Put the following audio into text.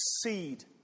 seed